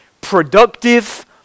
productive